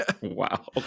Wow